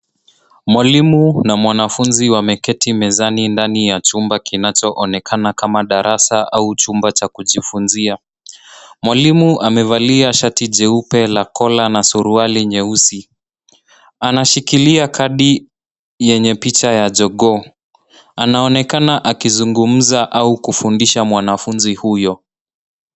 Mwalimu na mwanafunzi wameketi mezani ndani ya chumba kinacho onekana kama darasa au chumba cha kujifunzia. Mwalimu amevalia shati jeupe la kola na suruali nyeusi, ana shikilia kadi yenye picha ya jogoo. Ana onekana aki zungumza au kufundisha mwanafunzi huyo.